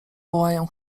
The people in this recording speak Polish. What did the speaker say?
wołają